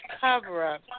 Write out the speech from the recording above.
cover-up